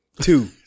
two